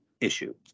issue